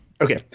Okay